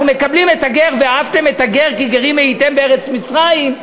אנחנו מקבלים את הגר: "ואהבתם את הגר כי גרים הייתם בארץ מצרים".